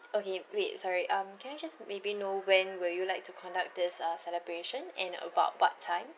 okay wait sorry um can I just maybe know when will you like to conduct this uh celebration and about what time